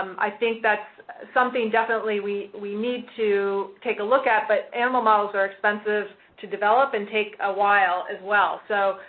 i think that's something, definitely, we we need to take a look at, but animal models are expensive to develop and take a while, as well. so,